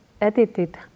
edited